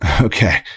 okay